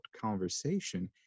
conversation